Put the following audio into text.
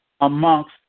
amongst